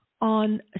on